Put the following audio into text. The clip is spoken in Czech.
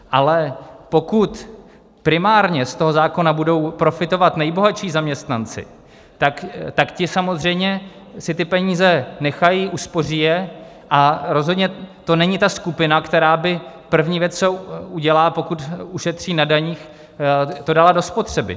Ale pokud primárně z toho zákona budou profitovat nejbohatší zaměstnanci, tak ti samozřejmě si ty peníze nechají, uspoří je, a rozhodně to není ta skupina, která by první věc, co udělá, pokud ušetří na daních, to dala do spotřeby.